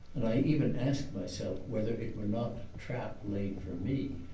and i even asked myself whether it were not a trap laid for me,